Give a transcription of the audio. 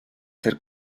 ser